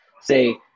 say